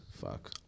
Fuck